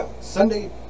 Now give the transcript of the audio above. Sunday